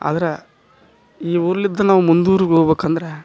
ಆದ್ರ ಈ ಊರ್ಲಿದ್ದು ನಾವು ಮುಂದೂರ್ಗ ಹೋಬೆಕಂದ್ರೆ